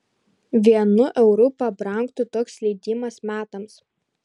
vienu euru pabrangtų toks leidimas metams